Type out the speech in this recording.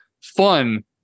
fun